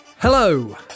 Hello